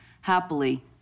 happily